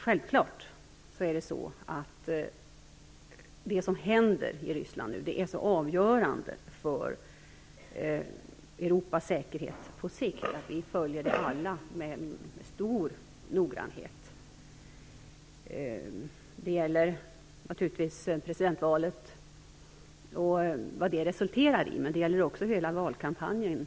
Självfallet är det som händer i Ryssland nu så avgörande för Europas säkerhet på sikt att vi alla följer det med stor noggrannhet. Det gäller naturligtvis presidentvalet och vad det resulterar i, men det gäller också hela valkampanjen.